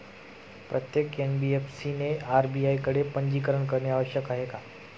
प्रत्येक एन.बी.एफ.सी ने आर.बी.आय कडे पंजीकरण करणे आवश्यक आहे का?